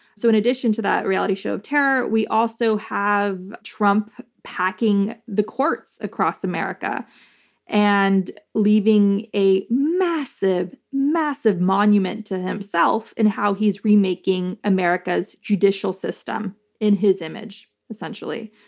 so in addition to that reality show of terror, we also have trump packing the courts across america and leaving a massive, massive monument to himself in how he's remaking america's judicial system in his image, essentially.